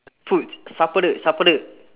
foods sapade sapade